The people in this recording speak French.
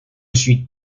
suis